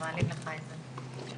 (מצגת).